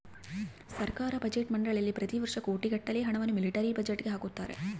ಸರ್ಕಾರ ಬಜೆಟ್ ಮಂಡಳಿಯಲ್ಲಿ ಪ್ರತಿ ವರ್ಷ ಕೋಟಿಗಟ್ಟಲೆ ಹಣವನ್ನು ಮಿಲಿಟರಿ ಬಜೆಟ್ಗೆ ಹಾಕುತ್ತಾರೆ